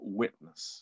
witness